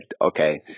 okay